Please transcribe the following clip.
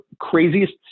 craziest